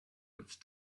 with